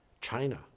China